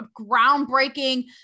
groundbreaking